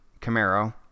Camaro